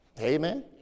Amen